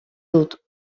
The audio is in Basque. dut